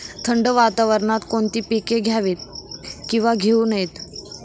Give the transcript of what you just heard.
थंड वातावरणात कोणती पिके घ्यावीत? किंवा घेऊ नयेत?